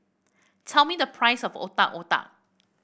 tell me the price of Otak Otak